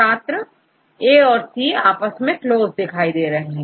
छात्रAC आपस में क्लोज हैं